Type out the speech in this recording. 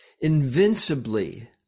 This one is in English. Invincibly